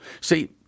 See